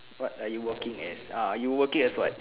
what are you working as ah you working as what